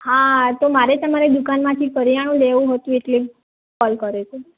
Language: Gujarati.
હા મારે તમારી દુકાનમાંથી કરિયાણું લેવું હતું એટલે કોલ કર્યો છે